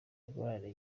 ingorane